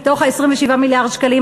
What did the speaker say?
מתוך ה-27 מיליארד שקלים,